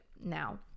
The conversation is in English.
now